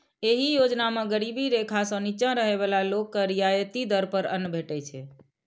एहि योजना मे गरीबी रेखा सं निच्चा रहै बला लोक के रियायती दर पर अन्न भेटै छै